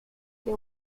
they